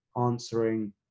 answering